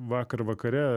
vakar vakare